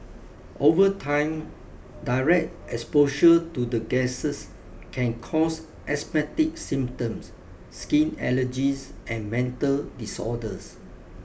over time direct exposure to the gases can cause asthmatic symptoms skin allergies and mental disorders